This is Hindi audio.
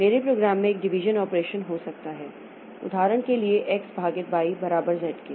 मेरे प्रोग्राम में एक डिवीजन ऑपरेशन हो सकता है उदाहरण के लिए x भागित y बराबर z के